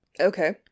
Okay